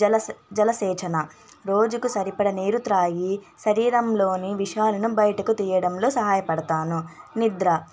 జలస జలసేచన రోజుకు సరిపడ నీరు తగి శరీరంలోని విషాలను బయటకు తీయడంలో సహాయపడతాను నిద్ర